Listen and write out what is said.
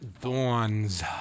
Thorns